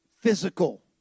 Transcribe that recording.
physical